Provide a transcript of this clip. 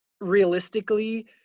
realistically